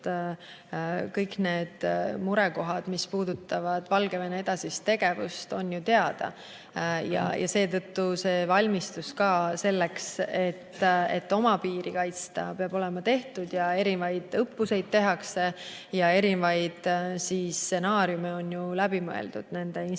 kõik need mured, mis puudutavad Valgevene edasist tegevust, on ju teada. Seetõttu ettevalmistus selleks, et oma piiri kaitsta, peab olema tehtud. Erinevaid õppuseid tehakse ja erinevaid stsenaariume on ju läbi mõeldud nende institutsioonide